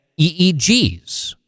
EEGs